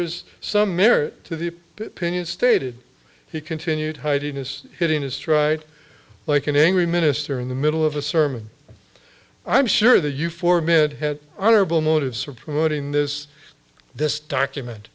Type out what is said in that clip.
is some merit to the pinion stated he continued hiding his hitting his stride like an angry minister in the middle of a sermon i'm sure that you for a minute had honorable motives for promoting this this document